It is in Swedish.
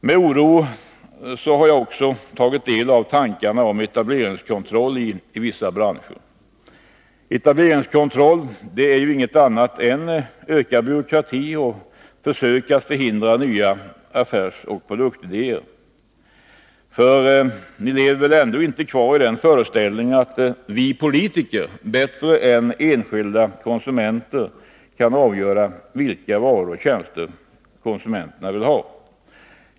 Med oro har jag också tagit del av tankarna om etableringskontroll i vissa branscher. Etableringskontroll är ju inget annat än ökad byråkrati och försök att förhindra nya affärsoch produktidéer. Ni lever väl ändå inte kvar i den föreställningen att vi politiker bättre än enskilda konsumenter kan avgöra vilka varor och tjänster konsumenterna vill ha?